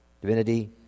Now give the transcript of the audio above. Divinity